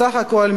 בסך הכול,